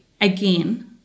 again